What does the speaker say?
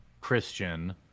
Christian